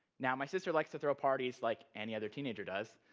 now, my sister likes to throw parties like any other teenager does.